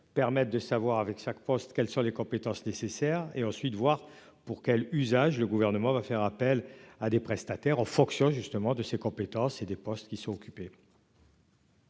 permettent de savoir avec chaque poste, quelles sont les compétences nécessaires et ensuite voir pour quel usage, le gouvernement va faire appel à des prestataires en fonction justement de ses compétences et des postes qui sont occupés.